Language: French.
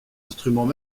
instruments